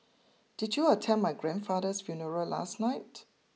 did you attend my grandfather's funeral last night